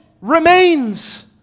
remains